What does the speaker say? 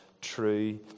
true